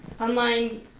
online